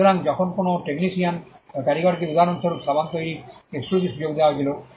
সুতরাং যখন কোনও টেকনিশিয়ান বা কারিগরকে উদাহরণস্বরূপ সাবান তৈরির এক্সক্লুসিভ সুযোগ দেওয়া হয়েছিল